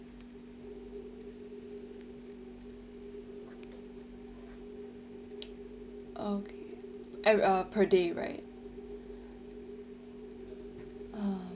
okay I mean uh per day right uh